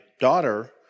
daughter